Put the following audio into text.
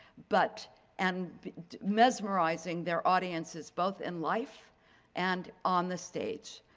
but and mesmerizing their audiences, both in life and on the stage.